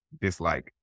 dislike